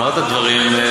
אני לא אמרתי שום דבר,